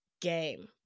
game